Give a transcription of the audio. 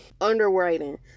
underwriting